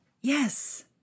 Yes